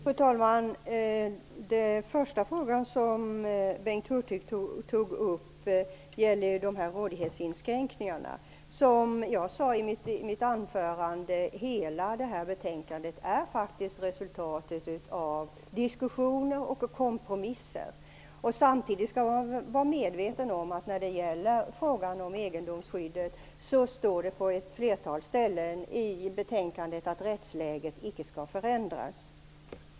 Fru talman! Den första frågan som Bengt Hurtig tog upp gällde rådighetsinskränkningarna. Som jag sade i mitt anförande är hela detta betänkande ett resultat av diskussioner och kompromisser. Samtidigt skall vi vara medvetna om att det står på ett flertal ställen i betänkandet att rättsläget vad gäller egendomsskyddet inte skall förändras.